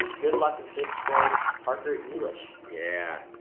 good luck in sixth grade parker english. yeah,